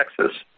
Texas